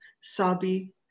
Sabi